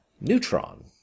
neutron